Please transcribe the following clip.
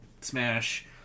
smash